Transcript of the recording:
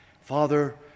Father